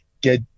get